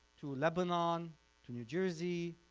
to lebanon to new jersey,